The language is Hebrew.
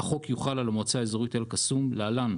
החוק יוחל על המועצה האזורית אל קסום (להלן,